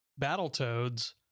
Battletoads